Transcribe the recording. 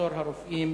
מחסור הרופאים,